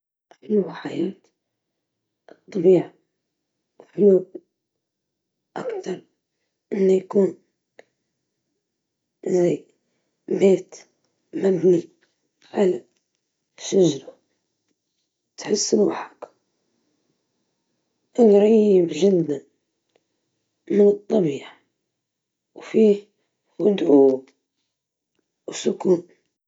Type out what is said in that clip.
المركب أحسن، لأنه يتحرك وين ما تبي، وتقدر تغير المناظر كل مرة.